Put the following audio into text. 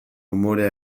umorea